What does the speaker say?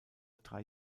drei